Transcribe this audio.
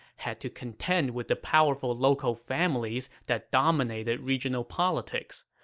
had to contend with the powerful local families that dominated regional politics.